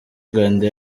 rwanda